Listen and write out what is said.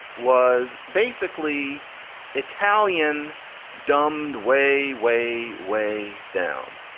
was basically italian dumbed way, way, way down.